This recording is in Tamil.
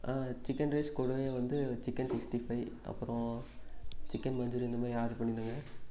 சிக்கன் ரைஸ் கூடவே வந்து சிக்கன் சிக்ஸ்டி ஃபைவ் அப்புறம் சிக்கன் மன்சூரியன் இந்த மாதிரி ஆர்ட்ரு பண்ணியிருந்தேங்க